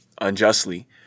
unjustly